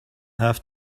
have